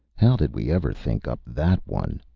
how did we ever think up that one?